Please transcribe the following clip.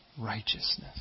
righteousness